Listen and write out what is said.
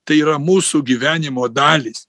tai yra mūsų gyvenimo dalys